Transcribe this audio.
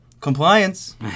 compliance